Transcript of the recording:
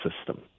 system